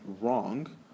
wrong